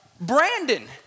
Brandon